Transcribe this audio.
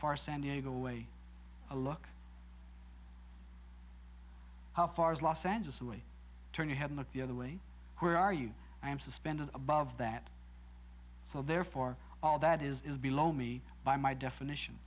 far san diego way look how far is los angeles away turn your head look the other way where are you i am suspended above that so therefore all that is below me by my definition